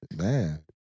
Man